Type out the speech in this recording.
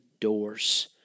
doors